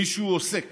מישהו עוסק